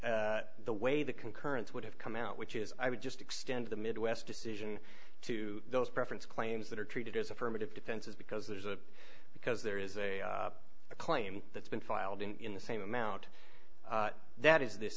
in the way the concurrence would have come out which is i would just extend the midwest decision to those preference claims that are treated as affirmative defenses because there's a because there is a claim that's been filed in the same amount that is this